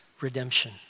redemption